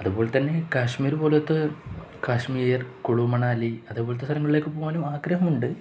അതുപോലെ തന്നെ കാശ്മീര് പോലത്തെ കാശ്മീർ കുളു മണാലി അതുപോലത്തെ സ്ഥലങ്ങളിലേക്കു പോകാനും ആഗ്രഹമുണ്ട്